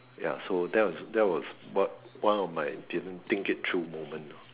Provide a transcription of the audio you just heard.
ya so that that was one one of my didn't think it through moment ah